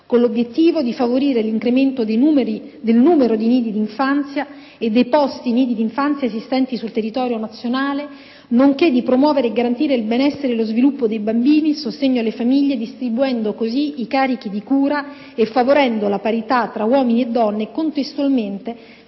con l'obiettivo di favorire l'incremento del numero dei nidi di infanzia e dei posti nidi d'infanzia esistenti sul territorio nazionale, nonché di promuovere e garantire il benessere e lo sviluppo dei bambini, il sostegno alle famiglie, distribuendo così i carichi di cura e favorendo la parità tra uomini e donne e contestualmente